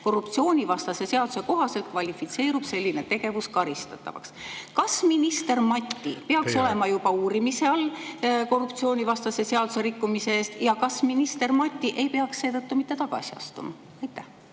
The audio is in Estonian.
Korruptsioonivastase seaduse kohaselt kvalifitseerub selline tegevus karistatavaks. Kas minister Mati peaks olema juba uurimise all korruptsioonivastase seaduse rikkumise eest ja kas minister Mati ei peaks seetõttu mitte tagasi astuma? Minul